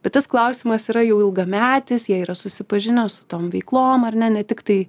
bet tas klausimas yra jau ilgametis jie yra susipažinę su tom veiklom ar ne ne tiktai